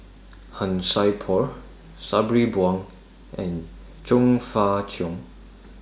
Han Sai Por Sabri Buang and Chong Fah Cheong